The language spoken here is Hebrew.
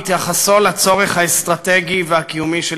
בהתייחסו לצורך האסטרטגי והקיומי של